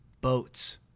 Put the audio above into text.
boats